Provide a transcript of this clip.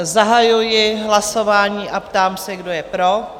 Zahajuji hlasování a ptám se, kdo je pro?